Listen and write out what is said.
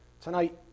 tonight